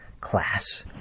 Class